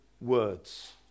words